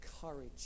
courage